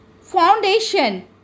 foundation